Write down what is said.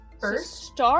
first